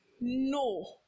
No